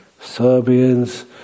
Serbians